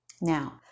now